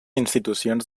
institucions